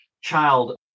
child